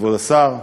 כבוד השר,